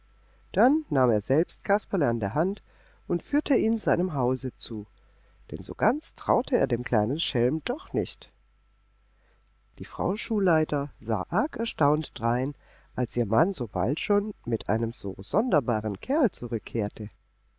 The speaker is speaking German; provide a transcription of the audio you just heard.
dann nahm er selbst kasperle an der hand und führte ihn seinem hause zu denn so ganz traute er dem schelm doch nicht die frau schullehrer sah arg erstaunt drein als ihr mann so bald schon und mit einem so sonderbaren kerl zurückkehrte